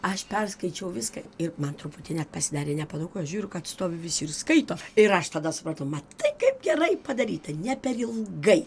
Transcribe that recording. aš perskaičiau viską ir man truputį net pasidarė nepatogu aš žiūriu kad stovi visi ir skaito ir aš tada supratau matai kaip gerai padaryta ne per ilgai